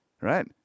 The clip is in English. right